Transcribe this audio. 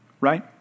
Right